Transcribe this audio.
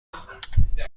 کنم